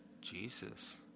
jesus